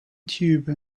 tube